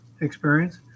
experience